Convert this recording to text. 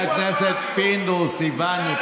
חבר הכנסת פינדרוס, הבנו.